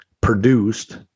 produced